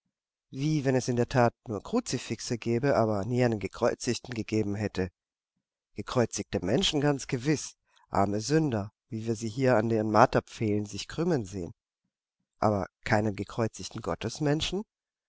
wie wenn es in der tat nur kruzifixe gäbe aber nie einen gekreuzigten gegeben hätte gekreuzigte menschen ganz gewiß arme sünder wie wir sie hier an ihren marterpfählen sich krümmen sehen aber keinen gekreuzigten